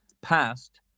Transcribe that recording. passed